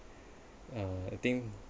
uh I think